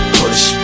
push